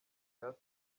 grace